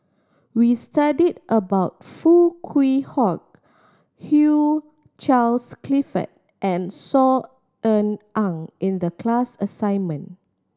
we studied about Foo Kwee Horng Hugh Charles Clifford and Saw Ean Ang in the class assignment